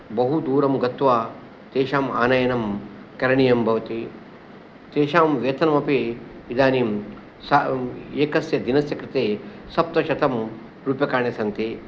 बहु दूरं गत्वा तेषाम् आनयनं करणीयं भवति तेषां वेतनमपि इदानीं स एकस्य दिनस्य कृते सप्तशतरूप्यकाणि सन्ति